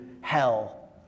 hell